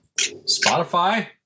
Spotify